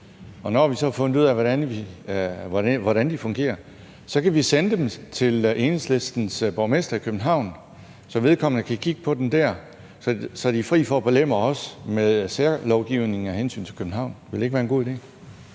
Og når vi så har fundet ud af, hvordan de fungerer, kan vi sende dem til Enhedslistens borgmester i København, så vedkommende kan kigge på dem der, og så de er fri for at belemre os med særlovgivning om København. Ville det ikke være en god idé?